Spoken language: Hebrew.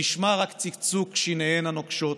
/ ונשמע רק צקצוק שיניהן הנוקשות,